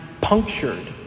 punctured